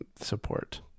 support